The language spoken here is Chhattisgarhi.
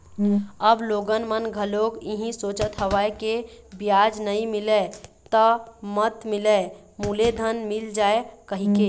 अब लोगन मन घलोक इहीं सोचत हवय के बियाज नइ मिलय त मत मिलय मूलेधन मिल जाय कहिके